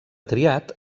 triat